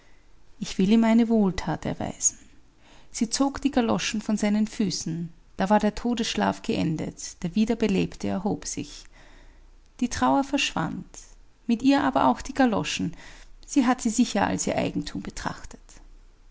ich will ihm eine wohlthat erweisen sie zog die galoschen von seinen füßen da war der todesschlaf geendet der wiederbelebte erhob sich die trauer verschwand mit ihr aber auch die galoschen sie hat sie sicher als ihr eigentum betrachtet